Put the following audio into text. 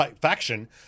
faction